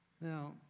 Now